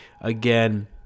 again